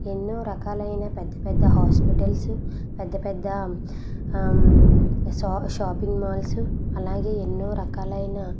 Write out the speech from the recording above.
ఎన్నో రకాలైన పెద్ద పెద్ద హాస్పిటల్సు పెద్ద పెద్ద షా షాపింగ్ మాల్సు అలాగే ఎన్నో రకాలైన